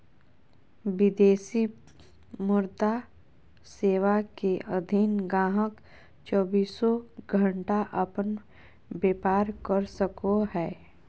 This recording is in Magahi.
विदेशी मुद्रा सेवा के अधीन गाहक़ चौबीसों घण्टा अपन व्यापार कर सको हय